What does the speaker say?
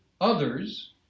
others